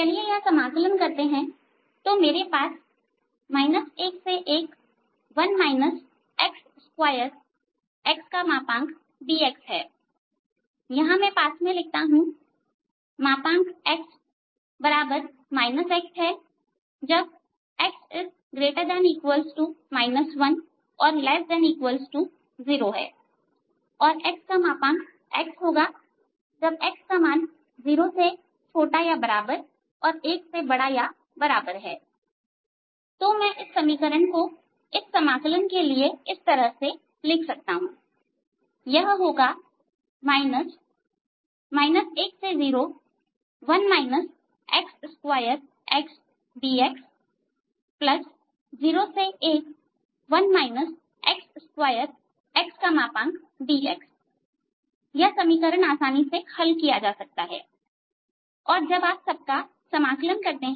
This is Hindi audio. चलिए यह समाकलन करते हैं तो मेरे पास 11 xdxहै जहां पास में मैं लिखता हूं x x 1≤x≥0और xx 0≤x≥1तो मैं इस समीकरण को इस समाकलन के लिए इस तरह लिख सकता हूं कि यह होगा 10 xdx 01 xdx यह समीकरण आसानी से हल किया जा सकता है और जब आप सब का समाकलन करते हैं